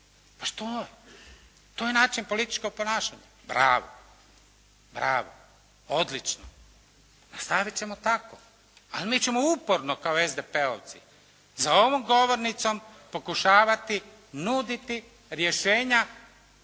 A što je? To je način političkog ponašanja, bravo, bravo, odlično. Nastaviti ćemo tako, ali mi ćemo uporno kao SDP-ovci za ovom govornicom pokušavati nuditi rješenja